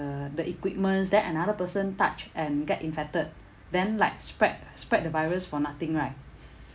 the equipments then another person touch and get infected then like spread spread the virus for nothing right